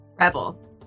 Rebel